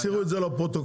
תצהירו את זה לפרוטוקול.